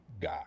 guy